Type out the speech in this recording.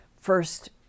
first